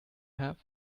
have